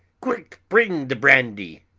quick! bring the brandy!